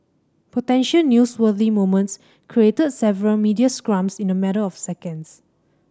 potential newsworthy moments created several media scrums in a matter of seconds